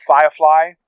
Firefly